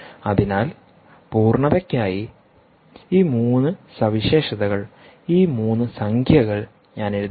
അതിനാൽ പൂർണ്ണതയ്ക്കായി ഈ 3 സവിശേഷതകൾ ഈ 3 സംഖ്യകൾ ഞാൻ എഴുതട്ടെ